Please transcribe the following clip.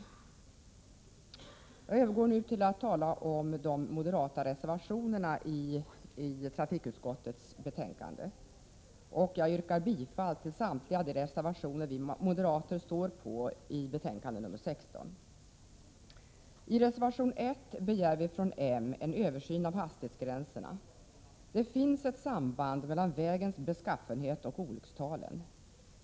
Jag övergår nu till att tala om de moderata reservationerna till trafikutskottets betänkande, och jag yrkar bifall till samtliga de reservationer som vi moderater avgivit till trafikutskottets betänkande nr 16. I reservation 1 begär vi moderater en översyn av hastighetsgränserna. Det finns ett samband mellan vägens beskaffenhet och olyckstalen.